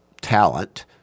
talent